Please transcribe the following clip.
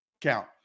count